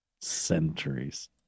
centuries